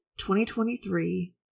2023